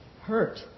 hurt